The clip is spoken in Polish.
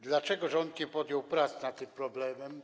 Dlaczego rząd nie podjął prac nad tym problemem?